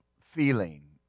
feeling